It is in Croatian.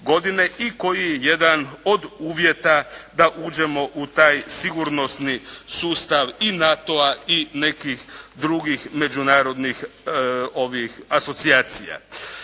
i koji je jedan od uvjeta da uđemo u taj sigurnosni sustav i NATO-a i nekih drugih međunarodnih asocijacija.